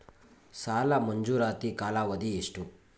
ಸಾಲ ಮಂಜೂರಾತಿ ಕಾಲಾವಧಿ ಎಷ್ಟು?